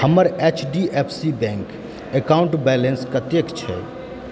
हमर H D F C bank account balance कतेक छैक